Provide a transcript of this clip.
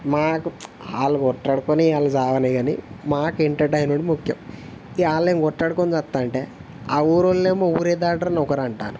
మాకు వాళ్ళు కొట్లాడుకోని వాళ్ళు చావని కానీ మాకు ఎంటర్టైన్మెంట్ ముఖ్యం ఇంకా వాళ్ళేమో కొట్లాడుకోని చస్తాంటే ఆ ఊరోళ్ళేమో ఊరే దాటరని ఒకరంటారు